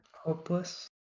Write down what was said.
Hopeless